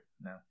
no